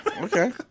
Okay